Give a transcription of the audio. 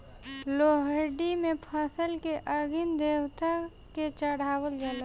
लोहड़ी में फसल के अग्नि देवता के चढ़ावल जाला